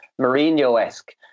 Mourinho-esque